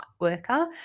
worker